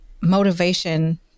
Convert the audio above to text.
motivation